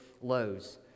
lows